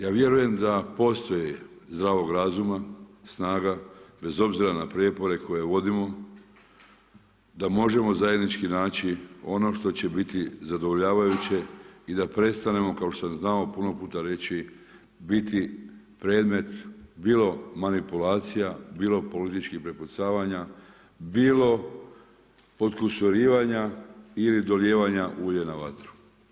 Ja vjerujem da postoji zdravog razuma snaga bez obzira na prijepore koje vodimo da možemo zajednički naći ono što će biti zadovoljavajuće i da prestanemo kao što sam znao puno puta reći biti predmet bilo manipulacija, bilo političkih prepucavanja, bilo podkusurivanja ili dolijevanja ulja na vatru.